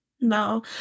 no